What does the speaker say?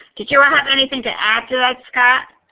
did you ah have anything to add to that, scott?